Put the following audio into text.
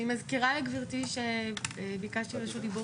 חבר הכנסת פרוש,